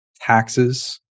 taxes